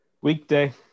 Weekday